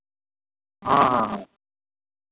हँ हँ हँ